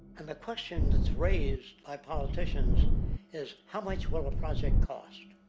and the question that's raised by politicians is how much will a project cost?